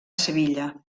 sevilla